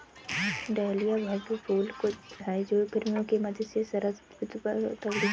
dahlia भव्य फूल हैं जो गर्मियों के मध्य से शरद ऋतु तक खिलते हैं